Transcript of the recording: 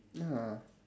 ya